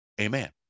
amen